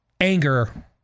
anger